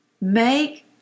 Make